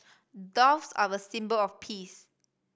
doves are a symbol of peace